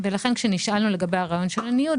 לכן כשנשאלנו לגבי הניוד,